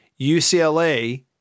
UCLA